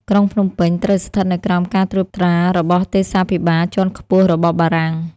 ក្រុងភ្នំពេញ ត្រូវស្ថិតនៅក្រោមការត្រួតត្រារបស់ទេសាភិបាលជាន់ខ្ពស់របស់បារាំង។